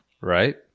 Right